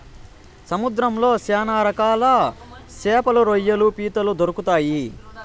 సముద్రంలో శ్యాన రకాల శాపలు, రొయ్యలు, పీతలు దొరుకుతాయి